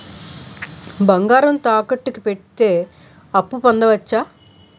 బంగారం తాకట్టు కి పెడితే అప్పు పొందవచ్చ?